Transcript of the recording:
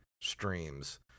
streams